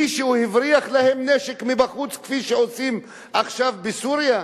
מישהו הבריח להם נשק מבחוץ כפי שעושים עכשיו בסוריה?